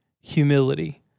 humility